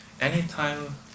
anytime